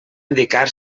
indicar